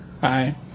Hi